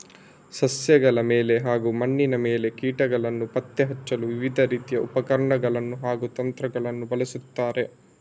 ಸಸ್ಯಗಳ ಮೇಲೆ ಹಾಗೂ ಮಣ್ಣಿನ ಮೇಲೆ ಕೀಟಗಳನ್ನು ಪತ್ತೆ ಹಚ್ಚಲು ವಿವಿಧ ರೀತಿಯ ಉಪಕರಣಗಳನ್ನು ಹಾಗೂ ತಂತ್ರಗಳನ್ನು ಬಳಸುತ್ತಾರೆ